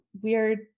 weird